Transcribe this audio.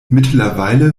mittlerweile